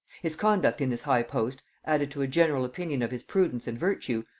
his conduct in this high post, added to a general opinion of his prudence and virtue,